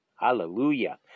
Hallelujah